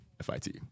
F-I-T